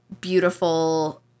beautiful